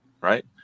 Right